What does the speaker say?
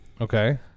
Okay